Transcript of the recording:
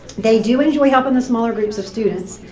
they do enjoy helping the smaller groups of students.